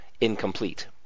incomplete